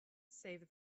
save